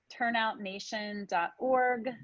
turnoutnation.org